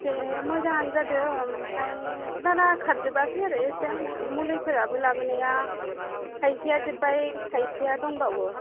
एसे मोजाङानो जादो ओमफाय बारा खारजोबाखै आरो मुलिफोराबो लाबोनाया खायसेया जोब्बाय खायसेया दंबावो